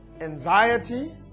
anxiety